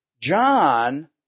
John